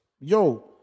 yo